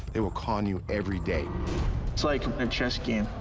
they will con you every day it's like a chess game.